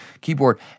keyboard